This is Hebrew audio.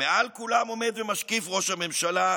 מעל כולם עומד ומשקיף ראש הממשלה,